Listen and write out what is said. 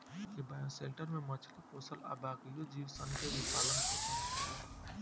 ए bioshelter में मछली पोसल आ बाकिओ जीव सन के भी पालन पोसन होखेला